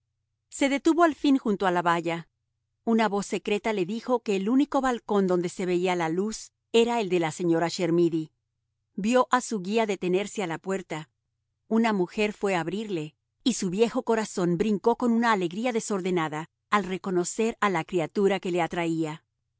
se detuvo al fin junto a la valla una voz secreta le dijo que el único balcón donde se veía luz era el de la señora chermidy vio a su guía detenerse a la puerta una mujer fue a abrirle y su viejo corazón brincó con una alegría desordenada al reconocer a la criatura que le atraía